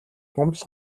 гомдол